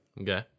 Okay